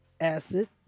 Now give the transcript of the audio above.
acid